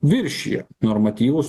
viršija normatyvus